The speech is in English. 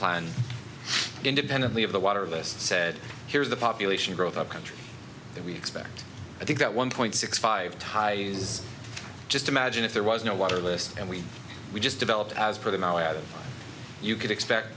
plan independently of the water this said here's the population growth of country that we expect i think that one point six five tie is just imagine if there was no water list and we would just develop as pretty now either you could expect